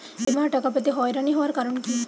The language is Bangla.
বিমার টাকা পেতে হয়রানি হওয়ার কারণ কি?